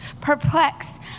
perplexed